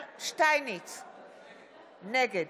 זה נתון